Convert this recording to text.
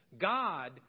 God